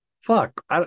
Fuck